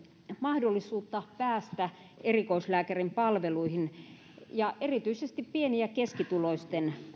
mahdollisuutta päästä erikoislääkärin palveluihin erityisesti pieni ja keskituloisten